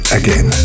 again